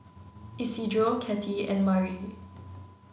Isidro Cathey and Mari